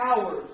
hours